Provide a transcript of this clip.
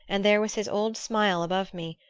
and there was his old smile above me,